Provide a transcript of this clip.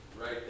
Right